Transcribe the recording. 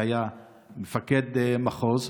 שהיה מפקד מחוז,